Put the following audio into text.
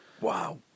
Wow